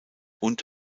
und